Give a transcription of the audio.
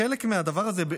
חלק מהדבר הזה,